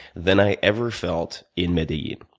than i ever felt in medellin.